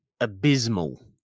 abysmal